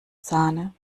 sahne